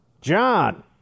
John